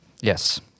Yes